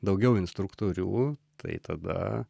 daugiau instruktorių tai tada